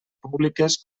públiques